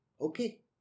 Okay